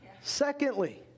Secondly